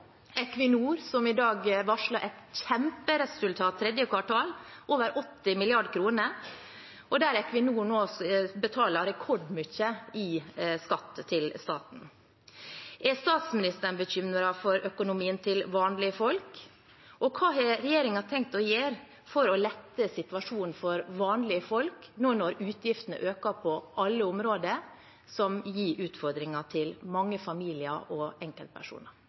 som i dag varsler et kjemperesultat for 3. kvartal, over 80 mrd. kr, betaler rekordmye i skatt til staten. Er statsministeren bekymret for økonomien til vanlige folk? Hva har regjeringen tenkt å gjøre for å lette situasjonen for vanlige folk nå når utgiftene øker på alle områder, noe som gir utfordringer for mange familier og enkeltpersoner?